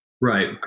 Right